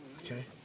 Okay